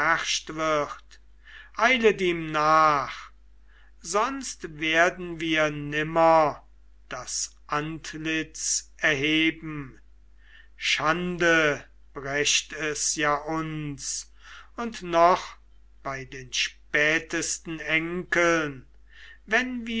eilet ihm nach sonst werden wir nimmer das antlitz erheben schande brächt es ja uns und noch bei den spätesten enkeln wenn